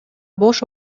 бош